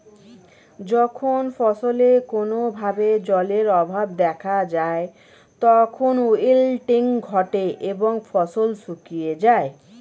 যখন ফসলে কোনো ভাবে জলের অভাব দেখা যায় তখন উইল্টিং ঘটে এবং ফসল শুকিয়ে যায়